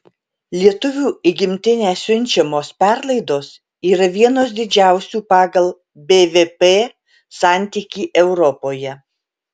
lietuvių į gimtinę siunčiamos perlaidos yra vienos didžiausių pagal bvp santykį europoje